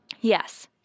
Yes